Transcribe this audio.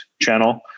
channel